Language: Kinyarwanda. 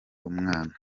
umwana